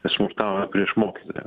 smurtauja prieš mokytoją